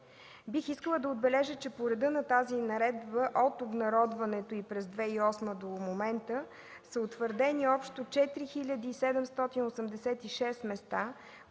Бих искала да отбележа, че по реда на тази наредба от обнародването й през 2008 г. до момента са утвърдени общо 4786 места,